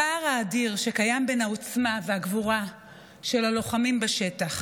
הפער האדיר שקיים בין העוצמה והגבורה של הלוחמים בשטח